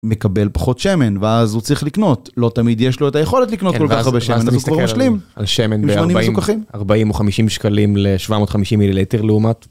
מקבל פחות שמן ואז הוא צריך לקנות. לא תמיד יש לו את היכולת לקנות כל כך הרבה שמן, אז הוא כבר משלים.. שמן ב40 או 50 שקלים ל750 מילי ליטר לעומת